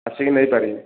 ଆସିକି ନେଇ ପାରିବେ